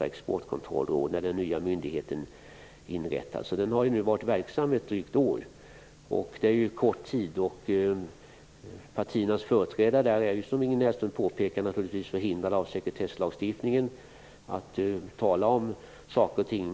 Exportkontrollrådet sedan den nya myndigheten inrättades. Den har nu varit verksam i ett drygt år. Det är kort tid, och partiernas företrädare där är ju, som Ingrid Näslund påpekade, naturligtvis förhindrade av sekretesslagstiftningen att tala om saker och ting.